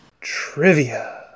Trivia